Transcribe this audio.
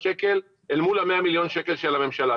ל-2 מיליארד שקלים אל מול ה-100 מיליון שקלים של הממשלה.